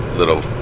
little